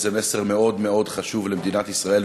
הזה מסר מאוד מאוד חשוב למדינת ישראל,